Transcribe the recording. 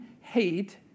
hate